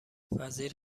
وزیر